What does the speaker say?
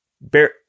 bear